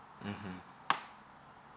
mmhmm